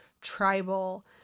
tribal